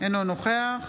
אינו נוכח